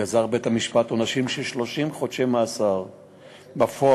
גזר בית-המשפט עונשים של 30 חודשי מאסר בפועל